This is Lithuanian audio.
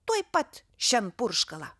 tuoj pat šen purškalą